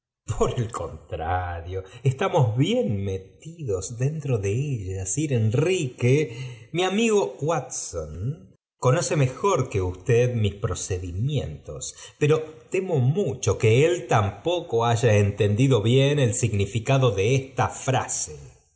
el contrario estamos bien metidos dentro de ella sir enrique mi amigo watson conoce mejor que usted mis procedimientos pero temo mucho que ól tampoco haya entendido bien el significado de esta frase